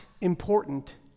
important